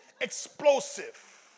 explosive